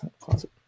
closet